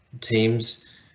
Teams